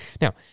Now